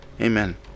Amen